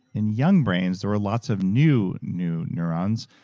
in young brains, there were lots of new new neurons,